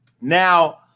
Now